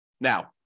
Now